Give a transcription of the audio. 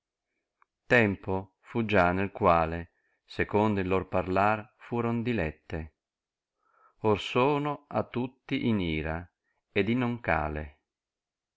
tempo fu già nel quale secondo il lor parlar fnron dilette or sono a tntti in ira ed in non cale